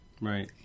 Right